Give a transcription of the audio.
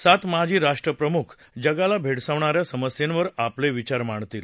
सात माजी राष्ट्रप्रमुख जगाला भेडसावणाऱ्या समस्येंवर आपले विचार मांडतील